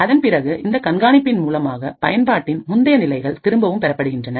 அதன் பிறகு இந்த கண்காணிப்பின் மூலமாக பயன்பாட்டின் முந்தைய நிலைகள் திரும்பவும் பெறப்படுகின்றன